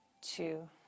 two